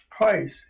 place